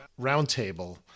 roundtable